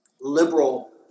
liberal